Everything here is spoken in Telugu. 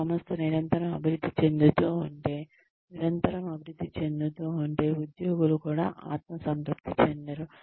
మీ సంస్థ నిరంతరం అభివృద్ధి చెందుతూ ఉంటే నిరంతరం అభివృద్ధి చెందుతుంటే ఉద్యోగులు కూడా ఆత్మసంతృప్తి చెందరు